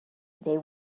they